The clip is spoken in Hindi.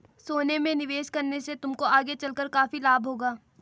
सोने में निवेश करने से तुमको आगे चलकर काफी लाभ होगा